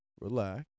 Relax